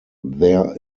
there